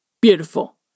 Beautiful